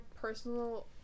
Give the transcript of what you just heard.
personal